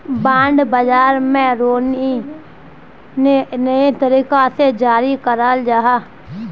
bond बाज़ार में रीनो को नए तरीका से जारी कराल जाहा